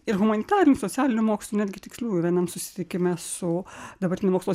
ir humanitarinių socialinių mokslų netgi tiksliųjų vienam susitikime su dabartiniu mokslo